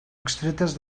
extretes